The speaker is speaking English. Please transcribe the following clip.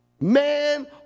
man